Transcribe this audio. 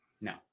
No